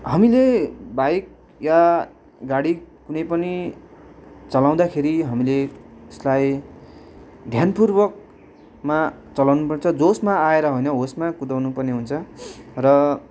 हामीले बाइक या गाडी कुनै पनि चलाउँदाखेरि हामीले यसलाई ध्यानपूर्वकमा चलाउनुपर्छ जोसमा आएर होइन होसमा कुदाउनुपर्ने हुन्छ र